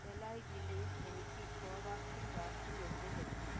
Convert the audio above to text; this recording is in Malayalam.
ധലായ് ജില്ലയിൽ എനിക്ക് കോവാക്സിൻ വാക്സിൻ എവിടെ ലഭിക്കും